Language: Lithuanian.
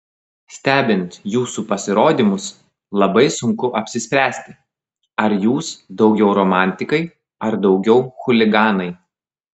stebint jūsų pasirodymus labai sunku apsispręsti ar jūs daugiau romantikai ar daugiau chuliganai